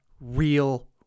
real